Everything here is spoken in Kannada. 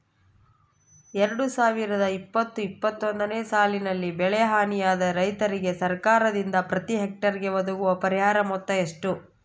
ಎರಡು ಸಾವಿರದ ಇಪ್ಪತ್ತು ಇಪ್ಪತ್ತೊಂದನೆ ಸಾಲಿನಲ್ಲಿ ಬೆಳೆ ಹಾನಿಯಾದ ರೈತರಿಗೆ ಸರ್ಕಾರದಿಂದ ಪ್ರತಿ ಹೆಕ್ಟರ್ ಗೆ ಒದಗುವ ಪರಿಹಾರ ಮೊತ್ತ ಎಷ್ಟು?